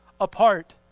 apart